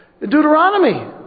Deuteronomy